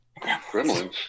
Gremlins